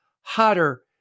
hotter